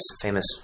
famous